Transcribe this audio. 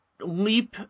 leap